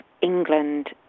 England